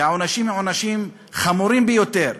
והעונשים הם עונשים חמורים ביותר.